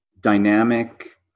dynamic